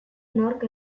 nork